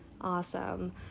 awesome